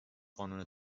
قانون